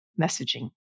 messaging